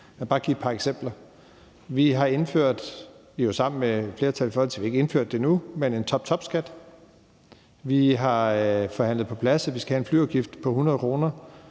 Jeg vil bare give et par eksempler: Vi har sammen med et flertal Folketinget indført – eller vi har ikke indført det endnu – en toptopskat. Vi har forhandlet på plads, at vi skal have en flyafgift på 100 kr.,